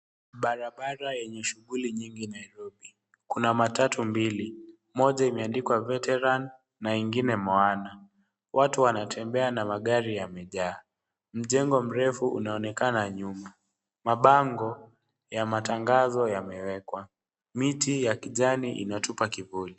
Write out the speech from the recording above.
Barabara yenye shuguli nyingi Nairobi. Kuna matatu mbili moja imeandikwa Veteran na ingine Moana. Watu wanatembea na magari yamejaa. Mjengo mrefu unaonekana nyuma. Mabango ya matangazo yamewekwa. Miti ya kijani inatupa kivuli.